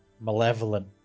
malevolent